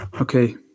Okay